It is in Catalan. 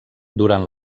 durant